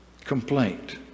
complaint